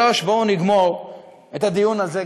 3. בואו נגמור את הדיון הזה,